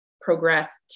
progress